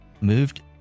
moved